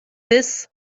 this